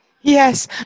Yes